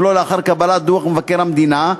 ולא לאחר קבלת דוח מבקר המדינה,